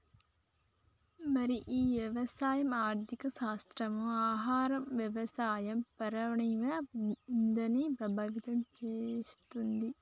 మరి ఈ వ్యవసాయ ఆర్థిక శాస్త్రం ఆహార వ్యవసాయ పర్యావరణ ఇధానాన్ని ప్రభావితం చేతుంది